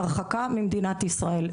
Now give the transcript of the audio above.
הרחקה ממדינת ישראל.